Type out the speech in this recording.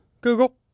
Google